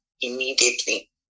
immediately